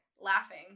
laughing